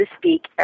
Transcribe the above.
speak